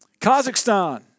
Kazakhstan